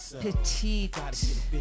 petite